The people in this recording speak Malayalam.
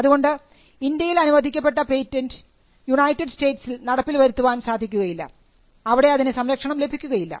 അതുകൊണ്ട് ഇന്ത്യയിൽ അനുവദിക്കപ്പെട്ട ഒരുപേറ്റന്റ് യുണൈറ്റഡ് സ്റ്റേറ്റ്സിൽ നടപ്പിൽ വരുത്താൻ സാധിക്കുകയില്ല അവിടെ അതിനു സംരക്ഷണം ലഭിക്കുകയില്ല